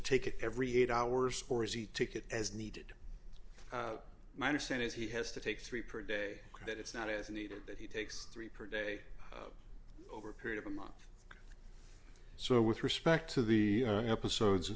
take it every eight hours or is he take it as needed my understanding is he has to take three per day that it's not is needed that he takes three per day over a period of a month or so with respect to the episodes